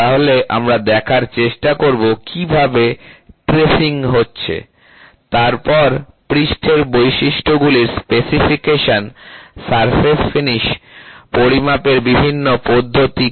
তাহলে আমরা দেখার চেষ্টা করব কিভাবে ট্রেসিং হচ্ছে তারপর পৃষ্ঠের বৈশিষ্ট্যগুলির স্পেসিফিকেশন সারফেস ফিনিশ পরিমাপের বিভিন্ন পদ্ধতি কি